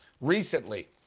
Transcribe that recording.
recently